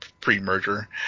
pre-merger